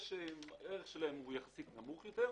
הערך שלהם יחסית נמוך יותר,